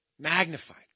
magnified